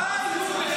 די, נו.